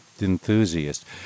enthusiast